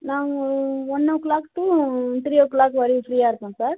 நாங்கள் one o'clock to three o'clock வரையும் ஃப்ரீயாக இருப்போம் சார்